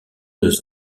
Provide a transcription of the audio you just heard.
deux